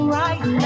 right